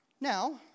Now